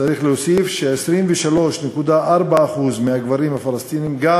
צריך להוסיף ש-23.4% מהגברים הפלסטינים גם